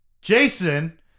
Jason